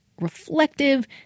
reflective